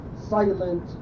silent